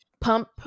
pump